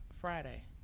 Friday